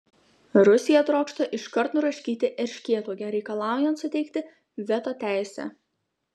rusija trokšta iškart nuraškyti erškėtuogę reikalauja suteikti veto teisę